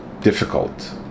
difficult